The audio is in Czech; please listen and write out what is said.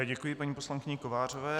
Děkuji paní poslankyni Kovářové.